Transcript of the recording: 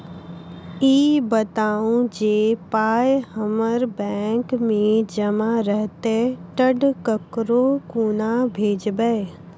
ई बताऊ जे पाय हमर बैंक मे जमा रहतै तऽ ककरो कूना भेजबै?